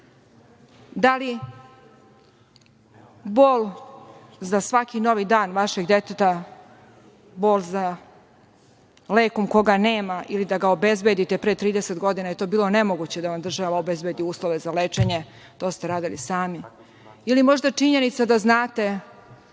da li bol za svaki novi dan vašeg deteta, bol za lekom koga nema ili da ga obezbedite, pre 30 godina je bilo nemoguće da vam država obezbedi uslove za lečenje, to ste radili sami ili možda činjenica da znate